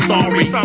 Sorry